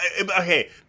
okay